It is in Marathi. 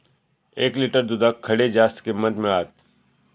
एक लिटर दूधाक खडे जास्त किंमत मिळात?